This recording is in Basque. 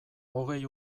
hogei